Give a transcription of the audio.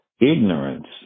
ignorance